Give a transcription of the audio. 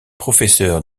professeur